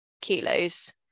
kilos